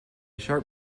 sharp